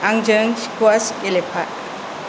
आंजोंं squash Gelephu